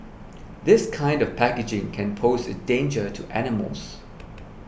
this kind of packaging can pose a danger to animals